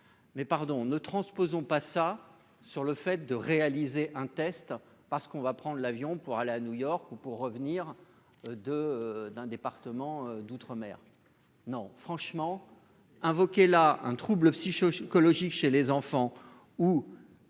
Mais pardon, ne transposons pas ça sur le fait de réaliser un test parce qu'on va prendre l'avion pour aller à New York pour revenir de d'un département d'outre-mer, non franchement invoquer la un trouble psychique, psychologique chez les enfants ou